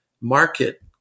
market